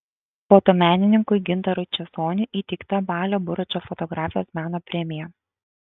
fotomenininkui gintarui česoniui įteikta balio buračo fotografijos meno premija